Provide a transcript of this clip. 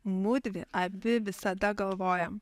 mudvi abi visada galvojam